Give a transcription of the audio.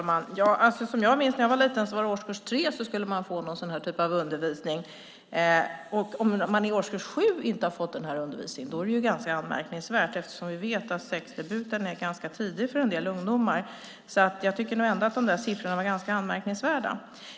Herr talman! Som jag minns det från när jag var liten var det i årskurs 3 man skulle få någon sådan här typ av undervisning. Om man i årskurs 7 inte har fått den här undervisningen är det ganska anmärkningsvärt, eftersom vi vet att sexdebuten är ganska tidig för en del ungdomar. Jag tycker nog ändå att de där siffrorna var ganska anmärkningsvärda.